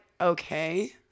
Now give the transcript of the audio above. okay